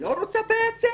לא רוצה בעצם?